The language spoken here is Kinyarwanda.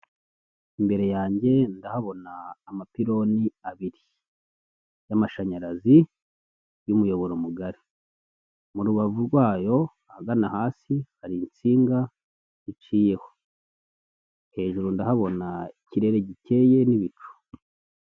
Imbere yanjye ndahabona amapironi abiri y'amashanyarazi y'umuyoboro mugari. Mu rubavu rwayo ahagana hasi hari insinga ziciyeho. Hejuru ndahabona ikirere gikeye n'ibicu.